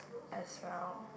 as well